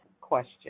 question